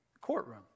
Courtroom